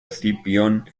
escipión